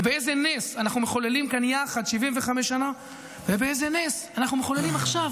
ובאיזה נס אנחנו מחוללים כאן יחד 75 שנה ובאיזה נס אנחנו מחוללים עכשיו,